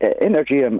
energy